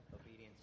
Obedience